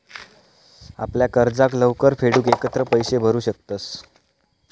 आपल्या कर्जाक लवकर फेडूक एकत्र पैशे भरू शकतंस